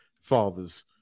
fathers